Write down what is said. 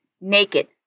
naked